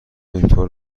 اینطور